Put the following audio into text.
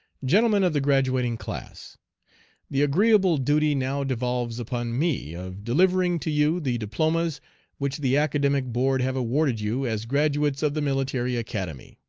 gentlemen of the graduating class the agreeable duty now devolves upon me of delivering to you the diplomas which the academic board have awarded you as graduates of the military academy.